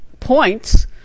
points